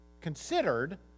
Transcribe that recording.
considered